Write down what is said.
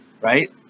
right